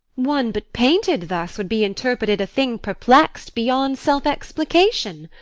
one but painted thus would be interpreted a thing perplex'd beyond self-explication.